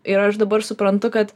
ir aš dabar suprantu kad